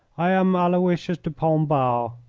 i am aloysius de pombal,